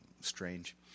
Strange